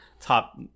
top